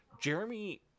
jeremy